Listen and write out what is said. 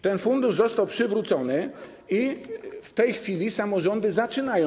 Ten fundusz został przywrócony i w tej chwili samorządy zaczynają.